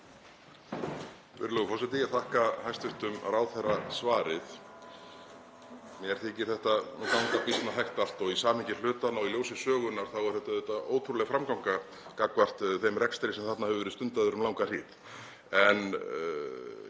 þetta auðvitað ótrúleg framganga gagnvart þeim rekstri sem þarna hefur verið stundaður um langa hríð.